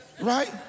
right